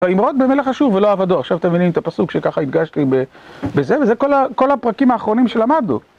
וימרוד במלך אשור ולא עבדו, עכשיו אתם מבינים את הפסוק שככה הדגשתי בזה, וזה כל הפרקים האחרונים שלמדנו